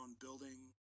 building